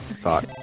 thought